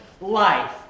life